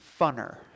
Funner